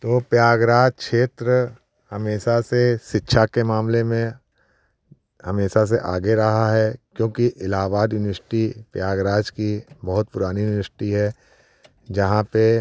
तो प्रयागराज क्षेत्र हमेशा से शिक्षा के मामले में हमेशा से आगे रहा है क्योंकि इलाहाबाद यूनिवश्टी प्रयागराज की बहुत पुरानी यूनिवश्टी है जहाँ पर